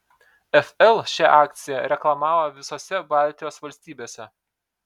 fl šią akciją reklamavo visose baltijos valstybėse